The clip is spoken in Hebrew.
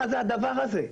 מה הדבר הזה?